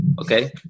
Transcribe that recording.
okay